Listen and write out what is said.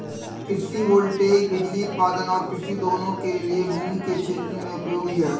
कृषि वोल्टेइक बिजली उत्पादन और कृषि दोनों के लिए भूमि के क्षेत्रों में उपयोगी है